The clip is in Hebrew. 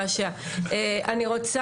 לי.